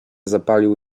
zapalił